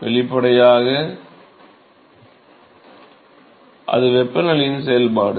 வெளிப்படையாக அது வெப்பநிலையின் செயல்பாடு